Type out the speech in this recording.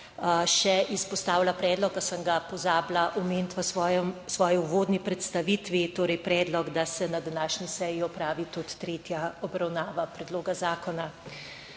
še izpostavila predlog, ki sem ga pozabila omeniti v svoji uvodni predstavitvi, torej predlog, da se na današnji seji opravi tudi tretja obravnava predloga zakona.